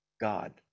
God